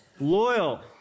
Loyal